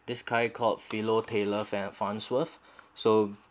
this guy called philo taylor fan~ farnsworth so